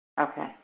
okay